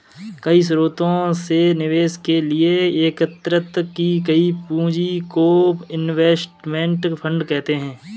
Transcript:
कई स्रोतों से निवेश के लिए एकत्रित की गई पूंजी को इनवेस्टमेंट फंड कहते हैं